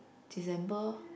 December